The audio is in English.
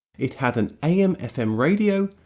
it had an am fm radio,